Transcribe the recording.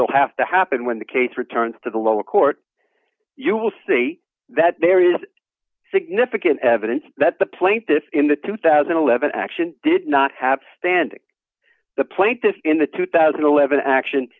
will have to happen when the case returns to the lower court you will see that there is significant evidence that the plaintiffs in the two thousand and eleven action did not have standing the plaintiffs in the two thousand and eleven action